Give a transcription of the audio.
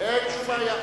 אין שום בעיה.